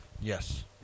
Yes